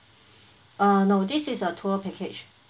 uh no this is a tour package